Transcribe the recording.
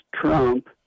Trump